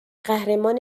قهرمان